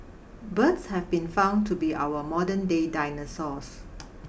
birds have been found to be our modernday dinosaurs